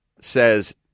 says –